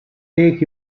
take